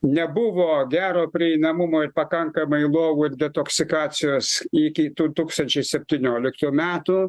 nebuvo gero prieinamumo ir pakankamai lovų ir detoksikacijos iki du tūkstančiai septynioliktų metų